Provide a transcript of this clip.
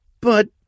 But—